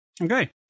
Okay